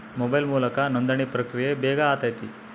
mobile ಮೂಲಕ ನೋಂದಣಿ ಪ್ರಕ್ರಿಯೆ ಬೇಗ ಆತತೆ